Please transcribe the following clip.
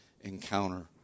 encounter